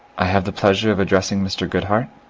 i have the pleasure of addressing mr. goodhart?